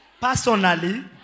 personally